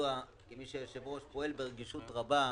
כידוע היושב-ראש פועל ברגישות רבה.